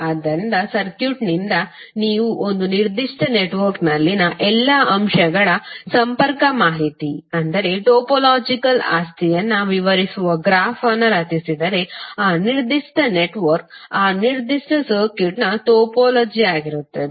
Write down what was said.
ಆದ್ದರಿಂದ ಸರ್ಕ್ಯೂಟ್ನಿಂದ ನೀವು ಒಂದು ನಿರ್ದಿಷ್ಟ ನೆಟ್ವರ್ಕ್ನಲ್ಲಿನ ಎಲ್ಲಾ ಅಂಶಗಳ ಸಂಪರ್ಕ ಮಾಹಿತಿ ಅಂದರೆ ಟೊಪೊಲಾಜಿಕಲ್ ಆಸ್ತಿಯನ್ನು ವಿವರಿಸುವ ಗ್ರಾಫ್ ಅನ್ನು ರಚಿಸಿದರೆ ಆ ನಿರ್ದಿಷ್ಟ ನೆಟ್ವರ್ಕ್ ಆ ನಿರ್ದಿಷ್ಟ ಸರ್ಕ್ಯೂಟ್ನ ಟೋಪೋಲಜಿಯಾಗಿರುತ್ತದೆ